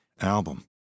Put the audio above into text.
album